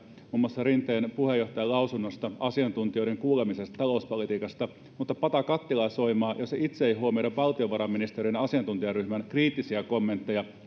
muun muassa puheenjohtaja rinteen lausunnosta asiantuntijoiden kuulemisesta talouspolitiikassa mutta pata kattilaa soimaa jos itse ei huomioida valtiovarainministeriön asiantuntijaryhmän kriittisiä kommentteja